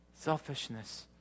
Selfishness